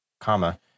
comma